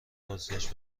بازگشت